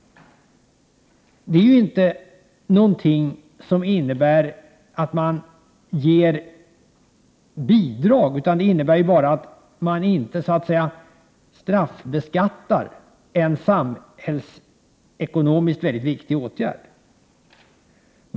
Det är ju inte fråga om att ge några bidrag utan bara om att man inte straffbeskattar en samhällsekonomiskt mycket viktig åtgärd.